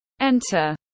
enter